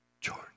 George